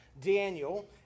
Daniel